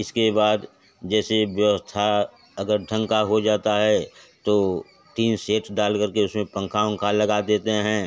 इसके बाद जैसे व्यवस्था अगर ढंग का होता है तो टीन सेट डाल करके उसमें पंखा उनखा लगा देते हैं